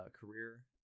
career